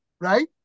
right